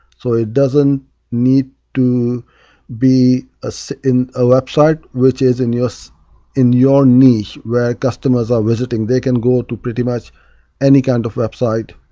so it doesn't need to be ah so in a website which is in your so in your niche, where customers are visiting, they can go to pretty much any kind of website.